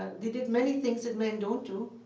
they did many things that men don't do.